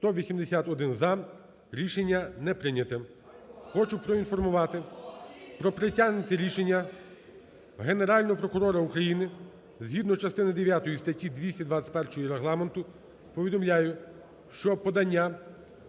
За-181 Рішення не прийняте. Хочу проінформувати про прийняте рішення Генерального прокурора України згідно частини дев'ятої статті 221 Регламенту повідомляю, що подання